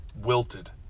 wilted